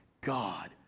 God